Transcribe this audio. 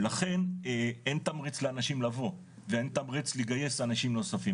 לכן אין תמריץ לאנשים לבוא ואין תמריץ לגייס אנשים נוספים,